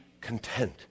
content